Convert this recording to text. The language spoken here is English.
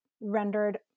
rendered